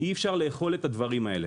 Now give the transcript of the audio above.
אי אפשר לאכול את הדברים האלה.